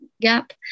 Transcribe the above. gap